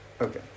Okay